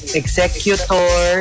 executor